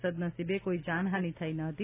સદનસીબે કોઇ જાનહાની થઇ ન હતી